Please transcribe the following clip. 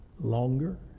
longer